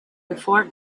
before